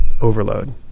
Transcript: overload